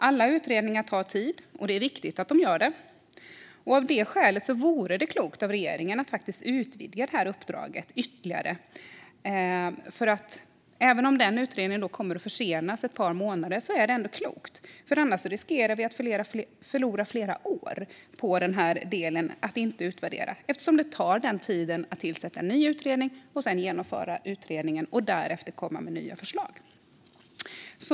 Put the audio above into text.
Alla utredningar tar tid, och det är viktigt att de gör det. Av det skälet vore det klokt av regeringen att utvidga uppdraget ytterligare, även om denna utredning då kommer att försenas ett par månader. Annars riskerar vi att förlora flera år på att utvärdera denna del, eftersom det har den tiden att tillsätta en ny utredning, genomföra utredningen och därefter komma med nya förslag.